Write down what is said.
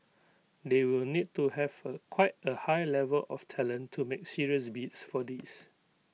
they will need to have A quite A high level of talent to make serious bids for these